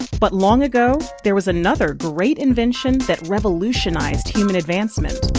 but long ago, there was another great invention that revolutionized human advancement.